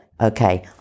Okay